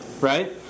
right